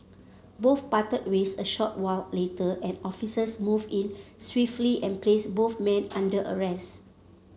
both parted ways a short while later and officers moved in swiftly and placed both men under arrest